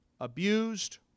abused